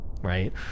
right